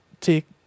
Take